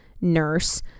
nurse